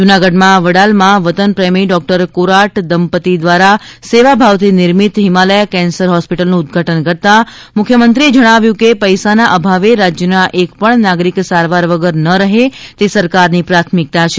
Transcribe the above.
જુનાગઢમાં વડાલમાં વતનપ્રેમી ડોક્ટર કોરાટ દંપતિ દવારા સેવાભાવથી નિર્મિત હિમાલયા કેન્સર હોસ્પીટલનું ઉદઘાટન કરતા મુખ્યમંત્રીએ કહ્યું હતુ કે પૈસાના અભાવે રાજ્યમાં એક પણ નાગરિક સારવાર વગર ન રહે તે સરકારની પ્રાથમિકતા છે